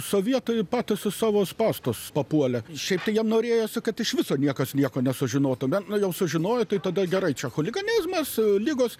sovietai patys su savo spąstus papuolė šiaip tai jiem norėjosi kad iš viso niekas nieko nesužinotų bet na jau sužinojo tai tada gerai čia chuliganizmas ligos